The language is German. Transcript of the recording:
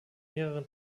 mehreren